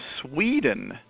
Sweden